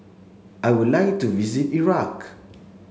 I would like to visit Iraq